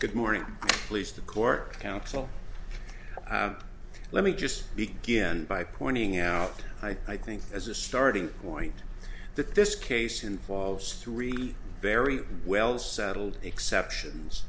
good morning please the court counsel let me just begin by pointing out i think as a starting point that this case involves three very well settled exceptions